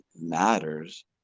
matters